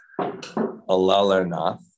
alalarnath